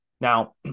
Now